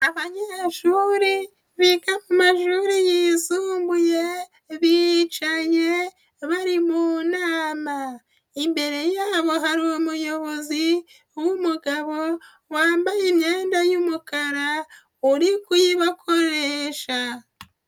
Abanyeshuri biga mu mashuri yisumbuye bicaye bari mu nama. Imbere yabo hari umuyobozi w'umugabo wambaye imyenda y'umukara uri kuyibakoresha.